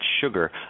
sugar